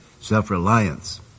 self-reliance